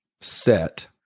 set